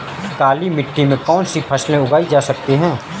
काली मिट्टी में कौनसी फसलें उगाई जा सकती हैं?